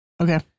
Okay